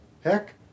Heck